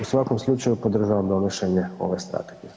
U svakom slučaju podržavam donošenje ove Strategije.